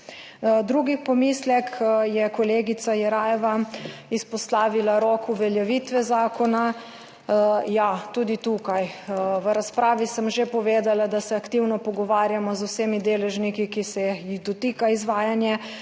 Drugi pomislek, kolegica Jerajeva je izpostavila rok uveljavitve zakona. Ja, tudi tukaj, v razpravi sem že povedala, se aktivno pogovarjamo z vsemi deležniki, ki se jih dotika izvajanje